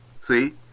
see